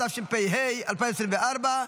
התשפ"ה 2024,